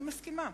אני מסכימה,